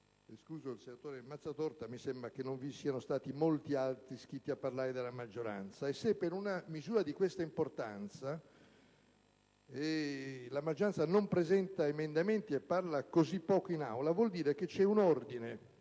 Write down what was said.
escluso il senatore Mazzatorta, mi sembra che non vi siano stati molti altri della maggioranza iscritti a parlare. Se per una misura di questa importanza la maggioranza non presenta emendamenti e parla così poco in Aula vuol dire che c'è un ordine